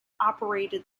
operated